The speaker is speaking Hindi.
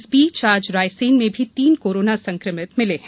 इस बीच आज रायसेन में भी तीन कोरोना संक्रमित मिले हैं